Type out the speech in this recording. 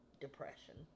depression